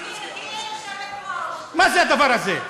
גברתי היושבת-ראש, מה זה הדבר הזה?